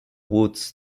woods